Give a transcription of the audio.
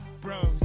bros